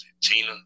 Tina